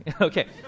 Okay